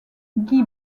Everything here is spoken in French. guy